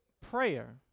prayer